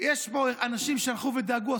יש פה אנשים שהלכו ודאגו,